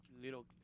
little